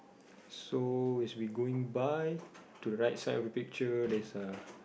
so as we going by to the right side of the picture there's a